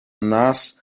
нас